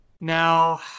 Now